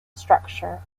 structure